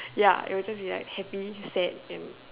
ya it was just be like happy sad and